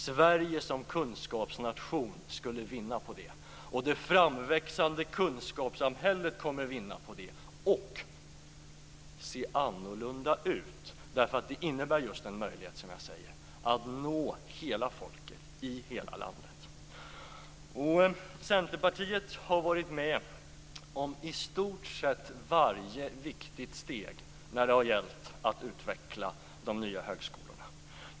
Sverige som kunskapsnation skulle vinna på det, och det framväxande kunskapssamhället kommer att vinna på det och se annorlunda ut, eftersom det innebär just en möjlighet att nå hela folket i hela landet. Centerpartiet har varit med om i stort sett varje viktigt steg när det har gällt att utveckla de nya högskolorna.